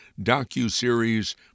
docuseries